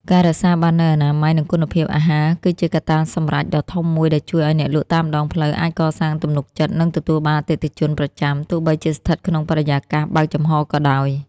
ការរក្សាបាននូវអនាម័យ និងគុណភាពអាហារគឺជាកត្តាសម្រេចដ៏ធំមួយដែលជួយឱ្យអ្នកលក់តាមដងផ្លូវអាចកសាងទំនុកចិត្ត និងទទួលបានអតិថិជនប្រចាំ ទោះបីជាស្ថិតក្នុងបរិយាកាសបើកចំហក៏ដោយ។